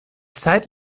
zeit